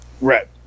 Right